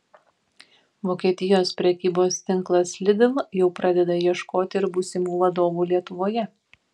vokietijos prekybos tinklas lidl jau pradeda ieškoti ir būsimų vadovų lietuvoje